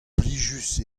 plijus